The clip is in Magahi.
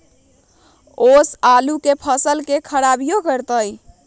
ओस आलू के फसल के खराबियों करतै?